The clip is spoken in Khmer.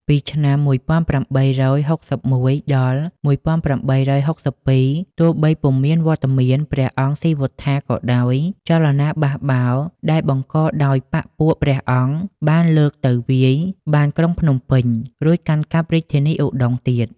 ពីឆ្នាំ ១៨៦១-១៨៦២ ទោះបីពុំមានវត្តមានព្រះអង្គស៊ីវត្ថាក៏ដោយ ចលនាបះបោរដែលបង្កដោយបក្សពួកព្រះអង្គបានលើកទៅវាយបានក្រុងភ្នំពេញ រួចកាន់កាប់រាជធានីឧដុង្គទៀត។